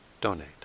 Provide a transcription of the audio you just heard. donate